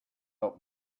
out